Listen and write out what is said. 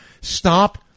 stop